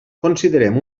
considerem